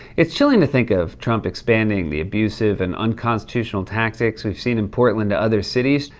it's chilling to think of trump expanding the abusive and unconstitutional tactics we've seen in portland to other cities.